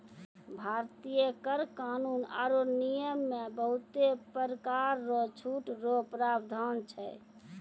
भारतीय कर कानून आरो नियम मे बहुते परकार रो छूट रो प्रावधान छै